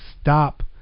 stop